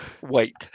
wait